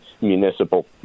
Municipal